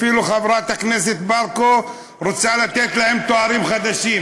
אפילו חברת הכנסת בָּרקו רוצה לתת להם תארים חדשים.